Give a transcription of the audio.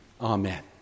Amen